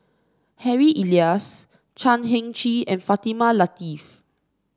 Harry Elias Chan Heng Chee and Fatimah Lateef